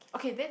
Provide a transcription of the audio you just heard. okay then